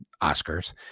Oscars